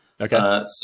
Okay